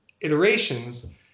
iterations